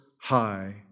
high